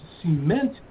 cement